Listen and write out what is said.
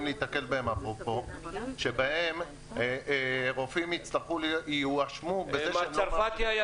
להיתקל בהן: רופאים יואשמו בזה --- דוקטור צרפתי,